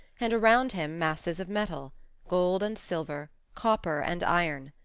and around him masses of metal gold and silver, copper and iron.